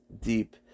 deep